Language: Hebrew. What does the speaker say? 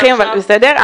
אנחנו מפתחים, אבל בסדר.